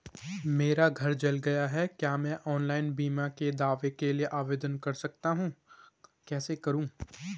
मेरा घर जल गया है क्या मैं ऑनलाइन बीमे के दावे के लिए आवेदन कर सकता हूँ कैसे करूँ?